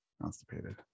constipated